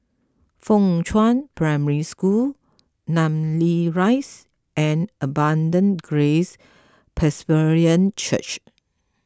Fuchun Primary School Namly Rise and Abundant Grace Presbyterian Church